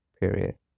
period